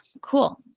cool